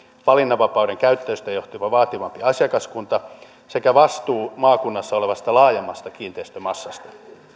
valinnanvapauden käyttäjistä johtuva vaativampi asiakaskunta sekä vastuu maakunnassa olevasta laajemmasta kiinteistömassasta